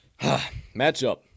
matchup